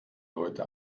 leute